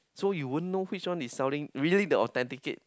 so you won't know which one is selling really the authenticate